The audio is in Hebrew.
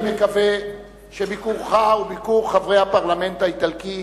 אני מקווה שביקורך וביקור חברי הפרלמנט האיטלקי